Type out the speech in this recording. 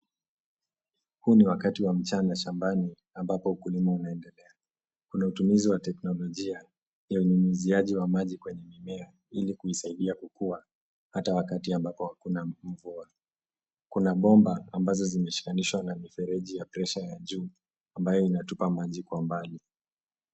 Huu ni wakati wa mchana shambani ambapo ukulima unaendelea. Kuna utumizi wa teknolojia ya unyunyiziaji wa maji kwenye mimea, ili kuisaidia kukuwa hata wakati ambapo hakuna mvua. Kuna bomba ambazo zimeshikanishwa na mifereji ya presha ya juu ambayo inatupa maji kwa mbali.